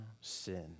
sin